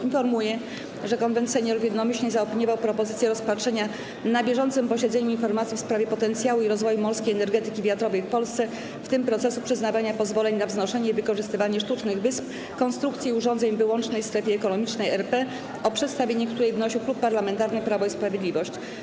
Informuję, że Konwent Seniorów jednomyślnie zaopiniował propozycję rozpatrzenia na bieżącym posiedzeniu informacji w sprawie potencjału i rozwoju morskiej energetyki wiatrowej w Polsce, w tym procesu przyznawania pozwoleń na wznoszenie i wykorzystywanie sztucznych wysp, konstrukcji i urządzeń w wyłącznej strefie ekonomicznej RP, o przedstawienie której wnosił Klub Parlamentarny Prawo i Sprawiedliwość.